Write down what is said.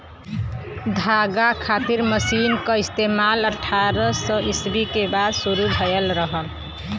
धागा खातिर मशीन क इस्तेमाल अट्ठारह सौ ईस्वी के बाद शुरू भयल रहल